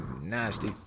nasty